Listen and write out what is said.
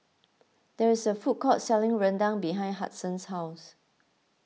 there is a food court selling Rendang behind Hudson's house